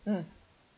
mm